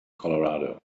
colorado